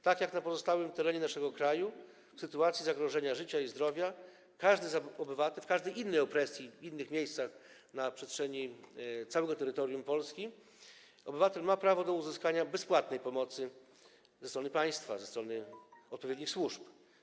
Tak jak na pozostałym terenie naszego kraju, w sytuacji zagrożenia życia i zdrowia każdy obywatel, w każdej innej opresji, w innych miejscach na całym terytorium Polski, ma prawo do uzyskania bezpłatnej pomocy ze strony państwa, ze strony odpowiednich służb.